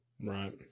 Right